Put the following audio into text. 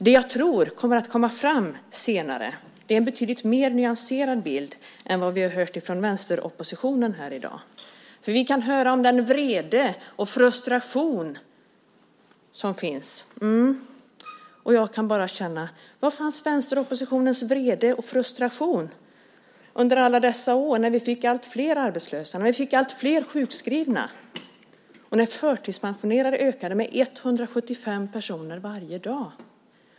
Senare tror jag att det kommer fram en betydligt mer nyanserad bild än den vi har hört från vänsteroppositionen här i dag. Vi har hört om den vrede och frustration som finns. Jag undrar var vänsteroppositionens vrede och frustration fanns under alla de år när vi fick alltfler arbetslösa, alltfler sjukskrivna och när antalet förtidspensionerade ökade med 175 personer varje dag.